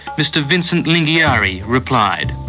mr vincent lingiari, replied.